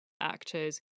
actors